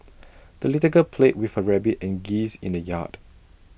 the little girl played with her rabbit and geese in the yard